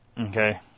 Okay